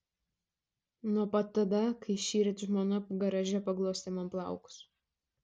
nuo pat tada kai šįryt žmona garaže paglostė man plaukus